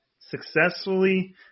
successfully